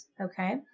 okay